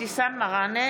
אבתיסאם מראענה,